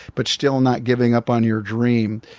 but still not giving up on your dream.